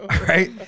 right